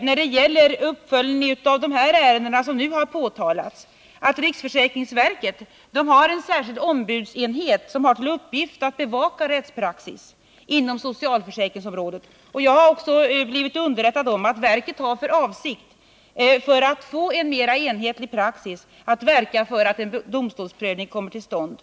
när det gäller uppföljningen av de ärenden som nu har tagits upp, att riksförsäkringsverket har en särskild ombudsenhet som har till uppgift att bevaka rättspraxis inom socialförsäkringsområdet. Jag har också blivit underrättad om att verket har för avsikt att, i syfte att få en mera enhetlig praxis, verka för att en domstolsprövning kommer till stånd.